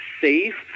safe